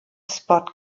spot